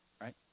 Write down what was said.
right